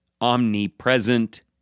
omnipresent